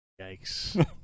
Yikes